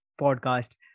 podcast